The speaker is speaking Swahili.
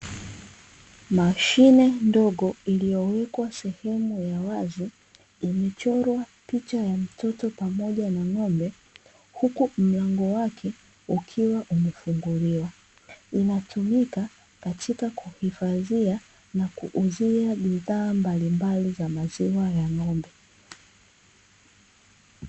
Mashine ndogo iliyowekwa sehemu ya wazi, imechorwa picha ya mtoto pamoja na ng'ombe, huku mlango wake ukiwa umefungulia, inatumika katika kuhifadhia na kuuzia bidhaa mbalimbali za maziwa ya ng'ombe.